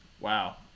wow